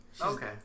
Okay